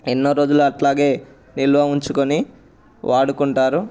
ఎన్నో రోజులు అలాగే నిల్వ ఉంచుకొని వాడుకుంటారు